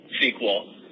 sequel